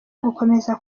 gukomeza